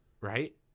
right